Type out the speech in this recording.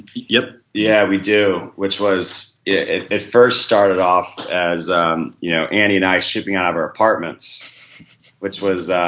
yep yeah, we do which was it first started off as um you know andy and i shipping out of our apartments which was